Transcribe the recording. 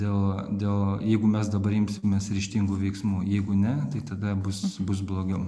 dėl dėl jeigu mes dabar imsimės ryžtingų veiksmų jeigu ne tai tada bus bus blogiau